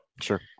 Sure